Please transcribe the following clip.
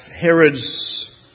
Herod's